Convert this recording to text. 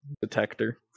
detector